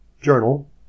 journal